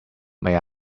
may